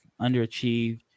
underachieved